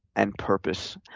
and purpose.